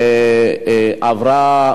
לוועדת